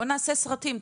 בואו נעשה סרטים.